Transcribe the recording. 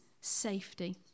safety